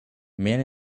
man